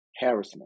harassment